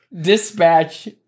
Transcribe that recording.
Dispatch